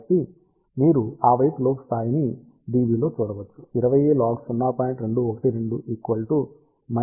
కాబట్టి మీరు ఆ వైపు లోబ్ స్థాయిని dB లో చూడవచ్చు 20 లాగ్ 0